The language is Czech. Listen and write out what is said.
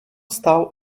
stál